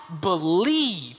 believe